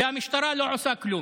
והמשטרה לא עושה כלום.